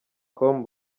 com